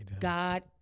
God